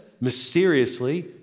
mysteriously